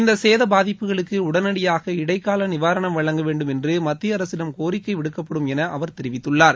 இந்த சேத பாதிப்புகளுக்கு உடனடியாக இடைக்கால நிவாரணம் வழங்க வேண்டும் என்று மத்திய அரசிடம் கோரிக்கை விடுக்கப்படும் என அவர் தெரிவித்துள்ளார்